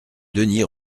denys